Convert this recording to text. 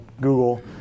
Google